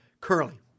Curly